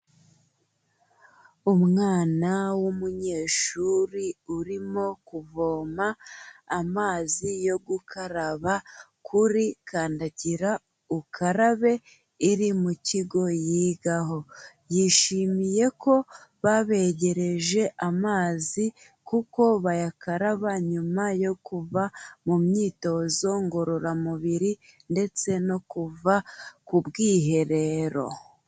Umwana w'umunyeshuri urimo kuvoma amazi yo gukaraba kuri kandagira ukarabe iri mu kigo yigaho, yishimiye ko babegereje amazi kuko bayakaraba nyuma yo kuva mu myitozo ngororamubiri ndetse no kuva ku bwiherero.